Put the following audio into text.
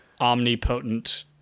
omnipotent